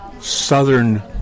southern